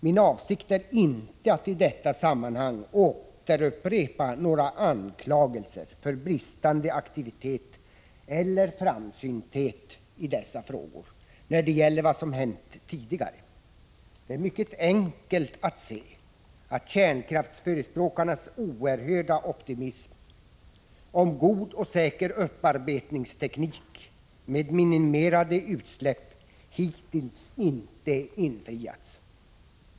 Min avsikt är inte att i detta sammanhang upprepa några anklagelser för bristande aktivitet eller framsynthet i dessa frågor, när det gäller vad som hänt tidigare. Det är mycket enkelt att se att kärnkraftsförespråkarnas 67 oerhörda optimism i fråga om god och säker upparbetningsteknik med minimerade utsläpp hittills inte har infriats.